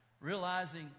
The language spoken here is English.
realizing